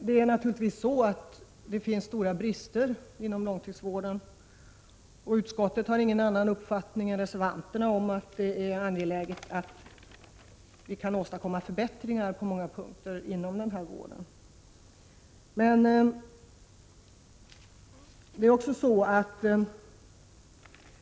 Det är helt klart att det finns stora brister inom långtidssjukvården, och utskottet har ingen annan uppfattning än reservanterna om det angelägna i att det på många punkter kommer till stånd förbättringar inom denna vård.